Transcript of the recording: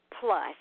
Plus